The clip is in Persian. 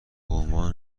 عنوان